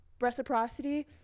reciprocity